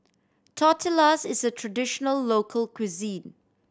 tortillas is a traditional local cuisine